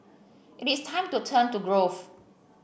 it is time to turn to growth